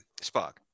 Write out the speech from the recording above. Spock